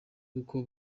kuko